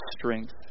strength